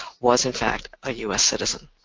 was in fact a us citizen.